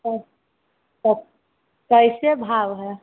क क कइसे भाव हइ